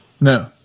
No